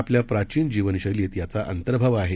आपल्या प्राचीन जीवनशैलीत याचा अंतर्भाव आहे